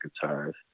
guitars